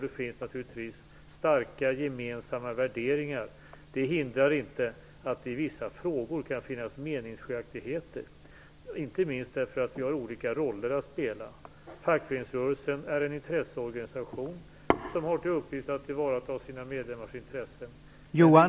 Det finns naturligtvis starka gemensamma värderingar. Det hindrar inte att det i vissa frågor kan finnas meningsskiljaktigheter, inte minst därför att vi har olika roller att spela. Fackföreningsrörelsen är en intresseorganisation som har till uppgift att tillvarata sina medlemmars intressen.